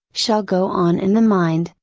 shall go on in the mind,